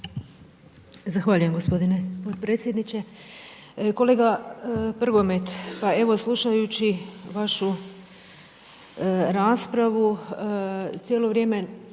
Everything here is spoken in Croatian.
Zahvaljujem gospodine